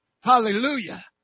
Hallelujah